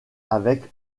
avec